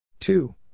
Two